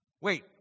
Wait